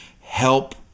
help